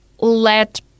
let